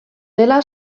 dela